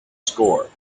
score